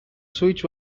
switch